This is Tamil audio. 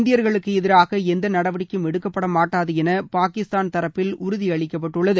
இந்தியர்களுக்கு எதிராக எந்த நடவடிக்கையும் எடுக்கப்படமாட்டாது என பாகிஸ்தான் தரப்பில் உறுதி அளிக்கப்பட்டுள்ளது